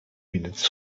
minutes